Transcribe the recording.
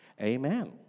Amen